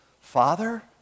Father